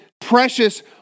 precious